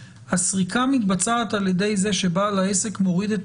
הסריקה מתבצעת על ידי זה שבעל העסק מוריד את